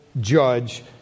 judge